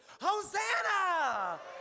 Hosanna